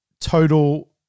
total